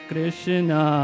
Krishna